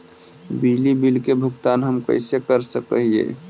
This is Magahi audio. बिजली बिल के भुगतान हम कैसे कर सक हिय?